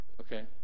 okay